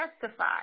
testify